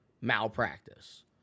malpractice